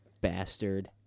bastard